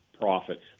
Profit